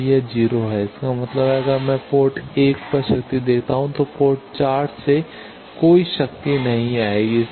तो यह 0 है इसका मतलब है अगर मैं पोर्ट 1 पर शक्ति देता हूं तो पोर्ट 4 से कोई शक्ति नहीं आएगी